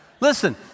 Listen